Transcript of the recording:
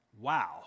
Wow